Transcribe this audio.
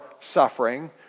suffering